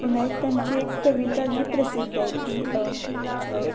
पुन्हा एक त्यांची एक कविता जी प्रसिद्ध आहे ती